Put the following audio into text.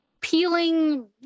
peeling